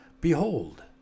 behold